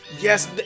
Yes